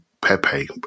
Pepe